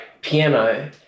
piano